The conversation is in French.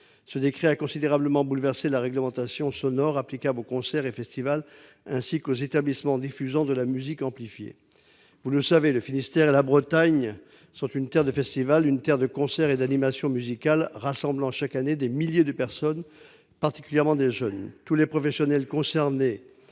Ce décret a considérablement bouleversé la réglementation sonore applicable aux concerts et festivals ainsi qu'aux établissements diffusant de la musique amplifiée. Vous le savez, le Finistère et la Bretagne sont une terre de festivals, une terre de concerts et d'animations musicales rassemblant chaque année des milliers de personnes, particulièrement des jeunes. Tous les professionnels concernés